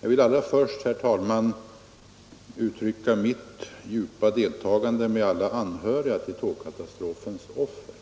Jag vill allra först, herr talman, uttrycka mitt djupa deltagande med alla anhöriga till tågkatastrofens offer,